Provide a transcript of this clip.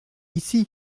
ici